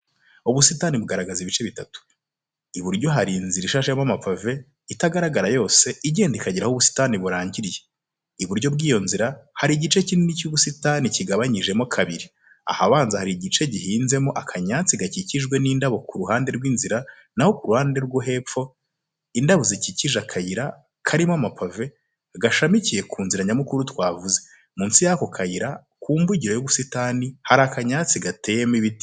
Ubusitani bugaragaza ibice bitatu. Iburyo hari inzira ishashemo amapave, itagaragara yose, igenda ikagera aho ubusitani burangiriye. Iburyo bw'iyo nzira, hari igice kinini cy'ubusitani kigabanyijemo kabiri: ahabanza hari igice gihinzemo akanyatsi gakikijwe n'indabo ku ruhande rw'inzira, naho ku ruhande rwo hepfo, indabo zikikije akayira, karimo amapave, gashamikiye ku nzira nyamukuru twavuze. Munsi y'ako kayira, ku mbugiro y'ubusitani, hari akanyatsi gateyemo ibiti.